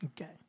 okay